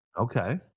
Okay